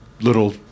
little